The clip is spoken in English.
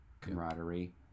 camaraderie